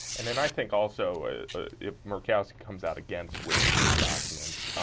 and and i think also if murkowski comes out against witnesses and documents,